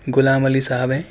غلام علی صاحب ہیں